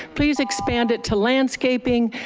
please expand it to landscaping,